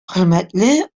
хөрмәтле